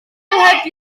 heb